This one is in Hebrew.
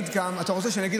אבל הם מודיעים